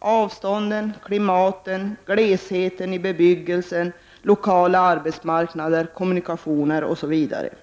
avstånd, klimat, gleshet i bebyggelsen, lokala arbetsmarknader, kommunikationer, osv. Även detta har nämnts här tidigare under dagen.